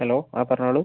hello ആ പറഞ്ഞോളൂ